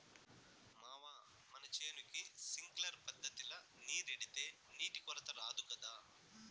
మావా మన చేనుకి సింక్లర్ పద్ధతిల నీరెడితే నీటి కొరత రాదు గదా